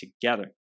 together